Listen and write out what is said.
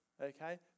Okay